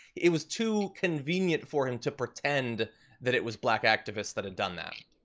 it was too convenient for him to pretend that it was black activists that had done that